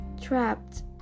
trapped